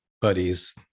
buddies